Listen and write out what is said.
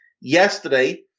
Yesterday